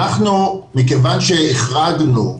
מכיוון שהחרגנו,